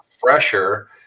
fresher